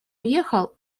уехал